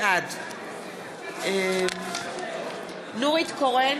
בעד נורית קורן,